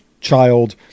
child